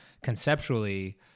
conceptually